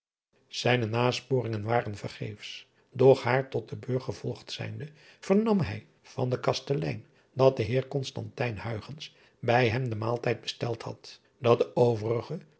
ijne nasporingen waren vergeefs doch haar tot den urg gevolgd zijnde vernam hij van den kastelein dat de eer bij hem den maaltijd besteld had dat de overige